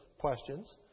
questions